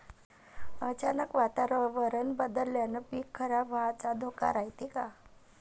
अचानक वातावरण बदलल्यानं पीक खराब व्हाचा धोका रायते का?